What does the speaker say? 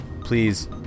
please